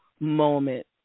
moment